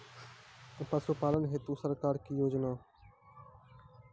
पशुपालन हेतु सरकार की योजना?